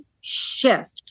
shift